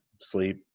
Sleep